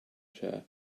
chair